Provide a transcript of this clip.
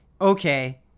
okay